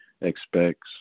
expects